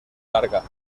larga